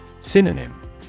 Synonym